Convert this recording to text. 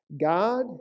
God